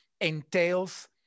entails